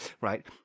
right